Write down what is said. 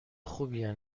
خوبیه